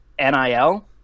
NIL